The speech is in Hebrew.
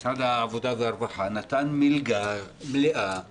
משרד העבודה והרווחה נתן מלגה מלאה לאנשים.